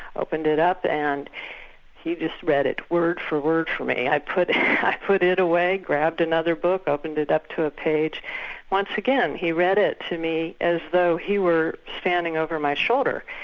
opened it up and he just read it word for word for me. i put put it away, grabbed another book, opened it up to a page once again he read it to me as though he were standing over my shoulder.